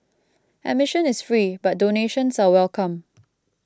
admission is free but donations are welcome